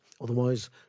otherwise